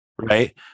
right